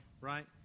right